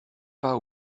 pas